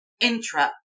intra